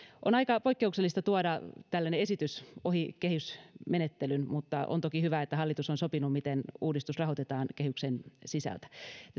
on aika poikkeuksellista tuoda tällainen esitys ohi kehysmenettelyn mutta on toki hyvä että hallitus on sopinut miten uudistus rahoitetaan kehyksen sisältä